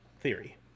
Theory